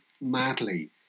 madly